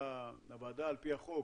הוועדה על פי החוק